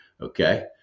Okay